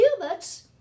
cubits